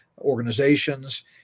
organizations